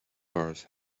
cars